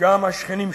גם השכנים שלנו.